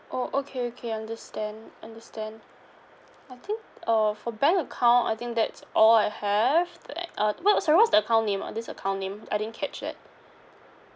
oh okay okay understand understand I think uh for bank account I think that's all I have today uh what's sorry what's the account name ah this account name I didn't catch that